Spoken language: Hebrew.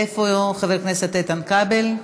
איפה חבר הכנסת איתן כבל?